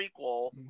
prequel